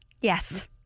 yes